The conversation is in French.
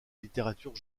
littérature